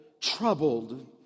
troubled